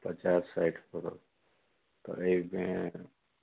पचास साठि पड़त तऽ एहिमे